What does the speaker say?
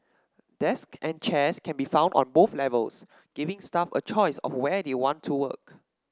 desks and chairs can be found on both levels giving staff a choice of where they want to work